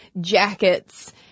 jackets